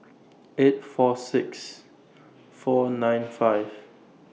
eight four six four nine five